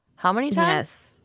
how many times?